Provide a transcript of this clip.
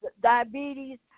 diabetes